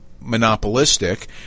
monopolistic